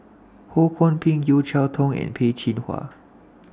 Ho Kwon Ping Yeo Cheow Tong and Peh Chin Hua